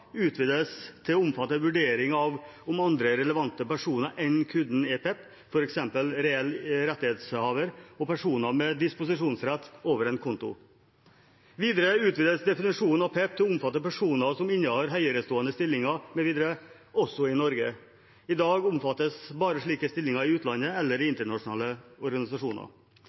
utvides til å omfatte vurdering av om andre relevante personer enn kunden er PEP, f.eks. reell rettighetshaver og personer med disposisjonsrett over en konto. Videre utvides definisjonen av PEP til å omfatte personer som innehar høyerestående stillinger mv. også i Norge. I dag omfattes bare slike stillinger i utlandet eller i internasjonale organisasjoner.